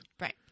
Right